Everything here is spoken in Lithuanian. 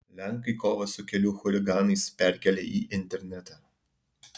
lenkai kovą su kelių chuliganais perkelia į internetą